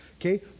okay